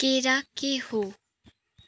केरा के हो